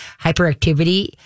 hyperactivity